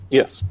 yes